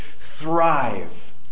thrive